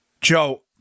Joe